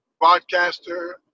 broadcaster